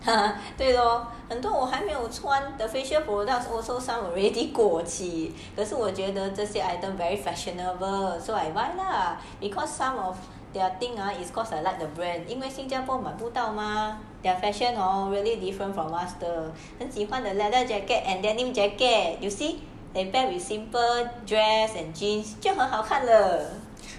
对咯很多我还都没有穿 the facial product 都 already 过期我可是我觉得这些 item very fashionable so I buy lah because some of their thing ah it's cause I like the brand 因为新加坡买不到 their fashion or really different from us the you a leather jacket and denim jacket you see can paired with simple dress and jeans 就很好看了